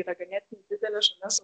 yra ganėtinai didelė žalia zona